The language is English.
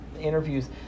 interviews